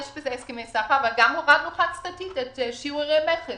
הסכמי סחר אבל גם הורדנו חד-צדדית את שיעורי המכס.